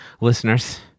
listeners